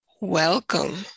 welcome